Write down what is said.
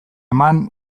eman